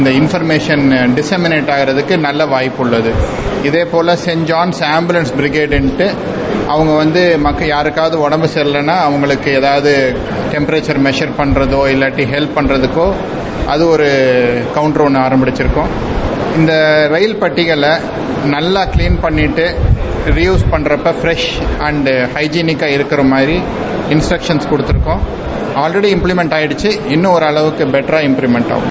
இந்த இன்பர்மேஷன டெசிமினேட் பன்றத்துக்கு நல்ல வாய்ப்பு இருக்கு இகேபோல சென்ஜான்ஸ் ஆம்புலன்ஸ் பிரிகேடன்டு அவங்க வந்து மக்கள் யாரக்காவது ஒடம்பு சரியில்லன அவங்களுக்கு ஏதாவது பெற்பரேச்சர் மெலர் பன்றதோ இல்லாட்டி ஹெல்ப் பண்றத்துக்கோ அது ஒரு கவுண்டர் ஆரம்பிச்சிறிக்கோம் இந்த ரயில் பெட்டிகள நல்லா கிளின் பண்ணிட்டு அதை யூஸ் பண்றப்போ பிரஸ் அண்டு லூறீனிக்கா இருக்கறமாதிரி இன்ஸ்ட்சக்சன்ஸ் கொடுக்கிருக்கோம் ஆல்ரெடி இப்பிளிமென்ட் ஆயிடுக்க இன்னும் இந்த அளவுக்கு பெட்ரா இம்புருவ் ஆகும்